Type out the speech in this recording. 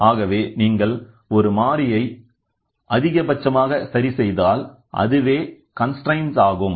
ஆகவே நீங்கள் ஒரு மாறியை அதிகபட்சமாக சரிசெய்தால் அதுவே கன்ஸ்ரெய்ன்ட் ஆகும்